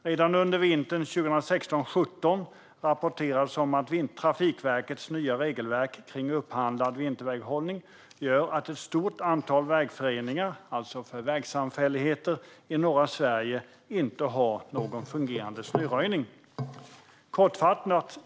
Redan under vintern 2016-2017 rapporterades att Trafikverkets nya regelverk kring upphandlad vinterväghållning gör att ett stort antal vägföreningar, alltså vägsamfälligheter, i norra Sverige inte har någon fungerande snöröjning.